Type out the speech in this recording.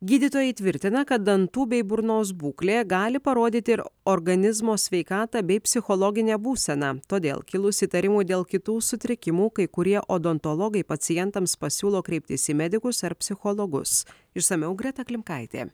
gydytojai tvirtina kad dantų bei burnos būklė gali parodyti ir organizmo sveikatą bei psichologinę būseną todėl kilus įtarimų dėl kitų sutrikimų kai kurie odontologai pacientams pasiūlo kreiptis į medikus ar psichologus išsamiau greta klimkaitė